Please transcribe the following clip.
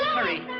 hurry,